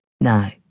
No